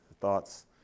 thoughts